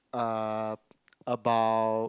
uh about